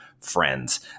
friends